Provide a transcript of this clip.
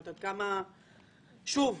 שוב,